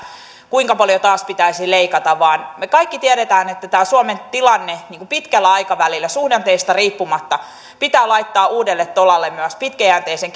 kuinka paljon taas pitäisi leikata vaan me kaikki tiedämme että tämä suomen tilanne pitkällä aikavälillä suhdanteista riippumatta pitää laittaa uudelle tolalle myös pitkäjänteisen